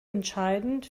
entscheidend